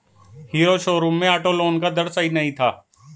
hero showroom में auto loan का दर सही नहीं था